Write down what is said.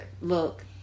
Look